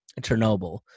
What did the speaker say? Chernobyl